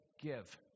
give